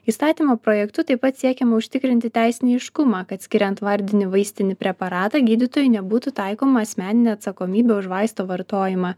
įstatymo projektu taip pat siekiama užtikrinti teisinį aiškumą kad skiriant vardinį vaistinį preparatą gydytojui nebūtų taikoma asmeninė atsakomybė už vaisto vartojimą